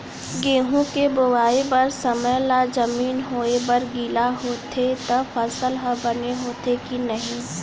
गेहूँ के बोआई बर समय ला जमीन होये बर गिला होथे त फसल ह बने होथे की नही?